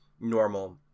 normal